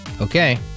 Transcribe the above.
Okay